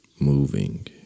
moving